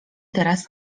teraz